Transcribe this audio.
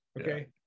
Okay